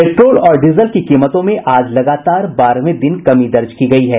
petrol और diesel की कीमतों में आज लगातार बारहवें दिन कमी दर्ज की गयी है